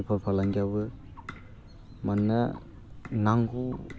बेफार फालांगियावबो मानोना नांगौ